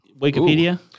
Wikipedia